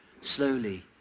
slowly